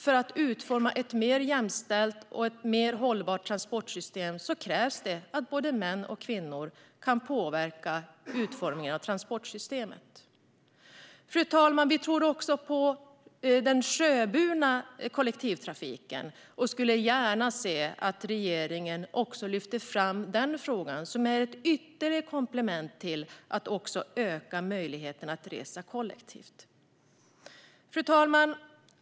För att utforma ett mer jämställt och ett mer hållbart transportsystem krävs det att både män och kvinnor kan påverka utformningen av transportsystemet. Fru talman! Vi tror också på den sjöburna kollektivtrafiken och skulle gärna se att regeringen lyfter fram också den frågan. Sjöburen kollektivtrafik är ett ytterligare komplement för att öka möjligheterna att resa kollektivt. Fru talman!